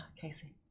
Casey